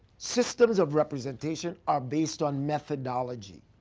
systems of representation are based on methodology.